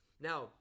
Now